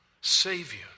Savior